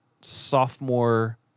sophomore